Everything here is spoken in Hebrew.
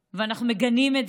גם ראינו לינץ' בבת ים,